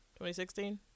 2016